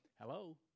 hello